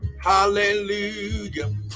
Hallelujah